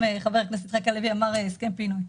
חבר הכנסת יצחק הלוי אמר הסכם פינוי.